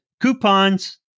coupons